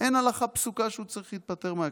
אין הלכה פסוקה שהוא צריך להתפטר מהכנסת,